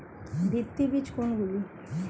ভিত্তি বীজ কোনগুলি?